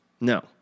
No